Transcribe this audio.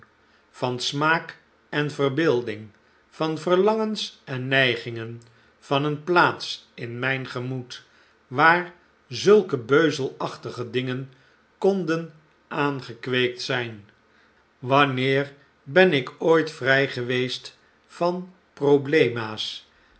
van smaak en verbeelding van verlangens en neigingen van eene plaats in mijn gemoed waar zulke beuzelachtige dingen konden aangekweekt zijn wanneer ben ik ooit vrij geweest van problema's